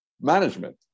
management